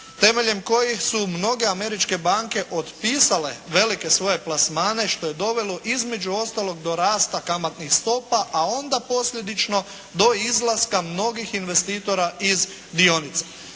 temeljem kojih su mnoge američke banke otpisale velike svoje plasmane što je dovelo između ostalog do rasta kamatnih stopa, a onda posljedično do izlaska mnogih investitora iz dionica.